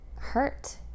hurt